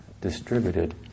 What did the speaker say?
distributed